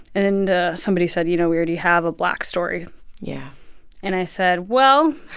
and ah somebody said, you know, we already have a black story yeah and i said, well,